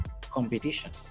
competition